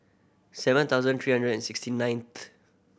seven thousand three hundred and sixty ninth